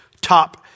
top